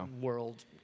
world